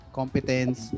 competence